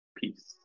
peace